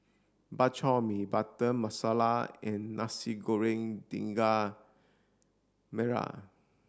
Bak Chor Mee Butter Masala and Nasi Goreng Daging Merah